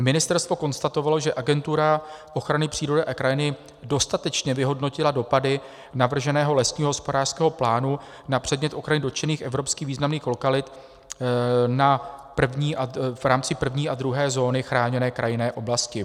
Ministerstvo konstatovalo, že Agentura ochrany přírody a krajiny dostatečně vyhodnotila dopady navrženého lesního hospodářského plánu na předmět ochrany dotčených evropsky významných lokalit v rámci první a druhé zóny chráněné krajinné oblasti.